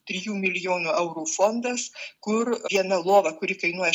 trijų milijonų eurų fondas kur viena lova kuri kainuoja